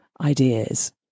ideas